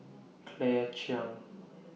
Claire Chiang